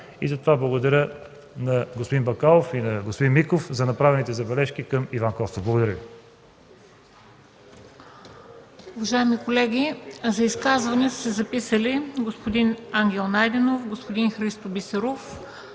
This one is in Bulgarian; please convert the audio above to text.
Затова благодаря на господин Бакалов и господин Миков за направените забележки към Иван Костов. Благодаря Ви.